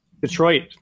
Detroit